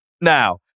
now